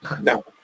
No